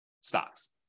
stocks